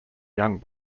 young